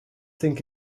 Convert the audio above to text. think